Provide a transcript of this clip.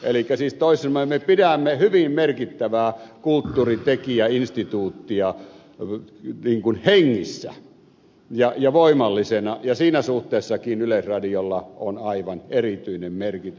elikkä siis toisin sanoen me pidämme hyvin merkittävää kulttuurintekijäinstituuttia hengissä ja voimallisena ja siinä suhteessakin yleisradiolla on aivan erityinen merkitys